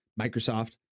Microsoft